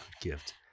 gift